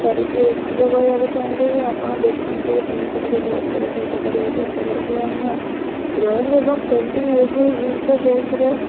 କାରୀକୁ ଏତିକି କହିବାକୁ ଚାହିଁବି ଆପଣ ଦେଖନ୍ତୁ ଜିନିଷଟିକୁ ଧର୍ଯ୍ୟର ସହ କରିବାକୁ ଚେଷ୍ଟା କରନ୍ତୁ କାହିଁକିନା ଡ୍ରଇଂ ଆଉ ପେଣ୍ଟିଂ ଏଭଳି ଜିନିଷ ଯେଉଁଥିରେ